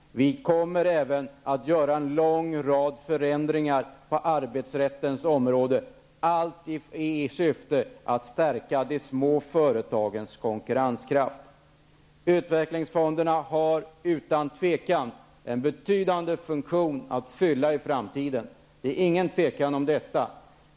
Vi kommer även att göra en lång rad förändringar på arbetsrättens område, allt i syfte att stärka de små företagens konkurrenskraft. Utvecklingsfonderna har utan tvivel en betydande funktion att fylla i framtiden. Det är inget tvivel om det.